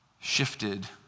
shifted